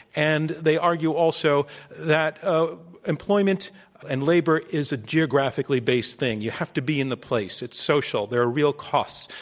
and they argue also that ah employment and labor is a geographically based thing. you have to be in the place. it's social. there are real costs.